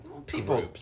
People